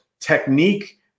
technique